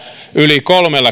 yli kolmellakymmenellätuhannella